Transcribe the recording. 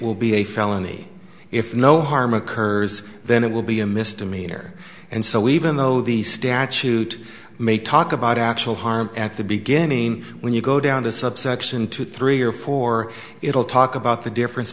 will be a felony if no harm occurs then it will be a misdemeanor and so even though the statute may talk about actual harm at the beginning when you go down to subsection two three or four it'll talk about the difference